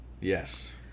Yes